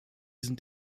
sind